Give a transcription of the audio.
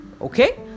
okay